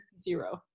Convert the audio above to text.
zero